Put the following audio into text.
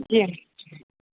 जी uncle